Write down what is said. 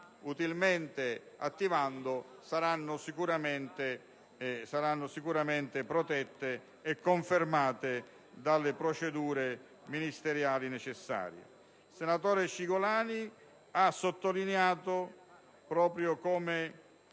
utilmente attivando quelle norme saranno sicuramente protette e confermate dalle procedure ministeriali necessarie. Il senatore Cicolani ha sottolineato come